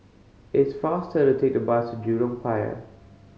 it is faster to take the bus to Jurong Pier